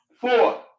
four